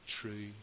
true